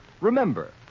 Remember